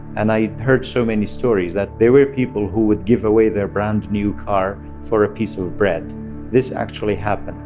and i heard so many stories that there were people who would give away their brand new car for a piece of of bread this actually happened.